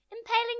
impaling